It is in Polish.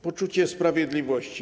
Poczucie sprawiedliwości.